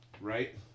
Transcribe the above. right